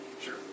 Sure